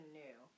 new